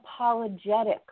unapologetic